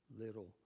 little